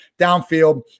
Downfield